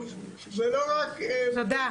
מוגבלות ולא רק --- תודה יואב.